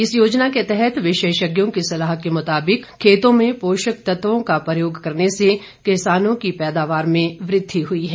इस योजना के तहत विशेषज्ञों की सलाह के मुताबिक खेतों में पोषक तत्वों का प्रयोग करने से किसानों की पैदावार में वृद्धि हुई है